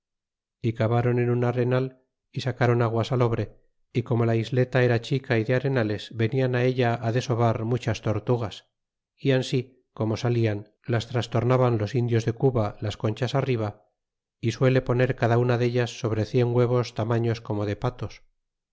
y cabron en un arenal y sacron agua salobre y como la isleta era chica y de arenales venian ella desovar muchas tortugas é ansi como saltan las trastornaban los indios de cuba las conchas arriba suele poner cada una deltas sobre cien huevos tamaños como de patos